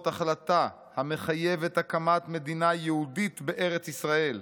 החלטה המחייבת הקמת מדינה יהודית בארץ ישראל,